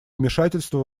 вмешательства